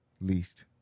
Least